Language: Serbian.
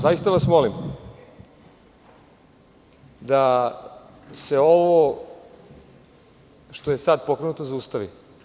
Zaista vas molim da se ovo što je sada pokrenuto zaustavi.